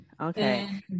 Okay